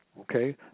Okay